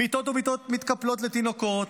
מיטות ומיטות מתקפלות לתינוקות,